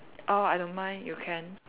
oh I don't mind you can